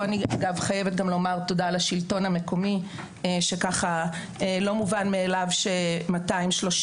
פה אני חייבת לומר תודה לשלטון המקומי שככה לא מובן מאליו ש-230